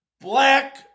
black